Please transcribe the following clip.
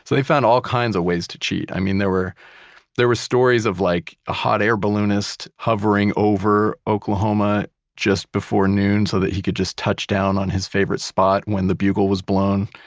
they found all kinds of ways to cheat. i mean, there were there were stories of like, a hot air balloonist hovering over oklahoma just before noon so that he could just touch down on his favorite spot when the bugle was blown.